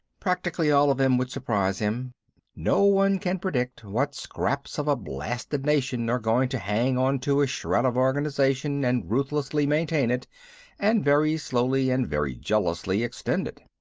practically all of them would surprise him no one can predict what scraps of a blasted nation are going to hang onto a shred of organization and ruthlessly maintain it and very slowly and very jealously extend it.